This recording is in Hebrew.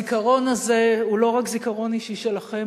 הזיכרון הזה הוא לא רק זיכרון אישי שלכם,